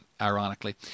ironically